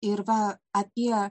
ir va apie